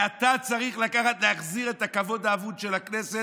אתה צריך להחזיר את הכבוד האבוד של הכנסת,